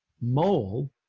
mole